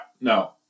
no